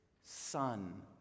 Son